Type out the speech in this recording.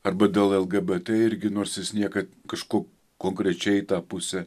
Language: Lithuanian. arba dėl lgbt irgi nors jis niekad kažko konkrečiai į tą pusę